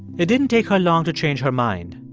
it didn't take her long to change her mind.